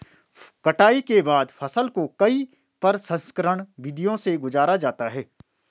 कटाई के बाद फसल को कई प्रसंस्करण विधियों से गुजारा जाता है